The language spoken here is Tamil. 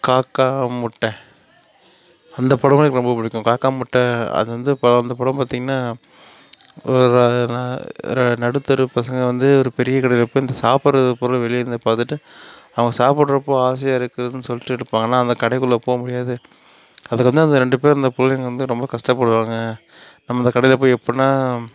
காக்கா முட்டை அந்த படமும் எனக்கு ரொம்ப பிடிக்கும் காக்கா முட்டை அது வந்து படம் அந்த படம் பார்த்திங்கனா நடுத்தெரு பசங்கள் வந்து ஒரு பெரிய கடையில் போய் சாப்பிடுற பொருளை வெளியேருந்து பார்த்துட்டு அவங்க சாப்பிடுறப்போ ஆசையாகருக்குனு சொல்லிட்டு இருப்பாங்க ஆனால் அந்த கடைக்குள்ள போக முடியாது அதுக்கு வந்து அந்த ரெண்டு பேர் அந்த பிள்ளைங்க வந்து ரொம்ப கஷ்டப்படுவாங்க நம்ம அந்த கடையில் போய் எப்புடின்னா